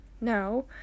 no